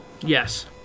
yes